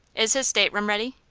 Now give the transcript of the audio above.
is his stateroom ready?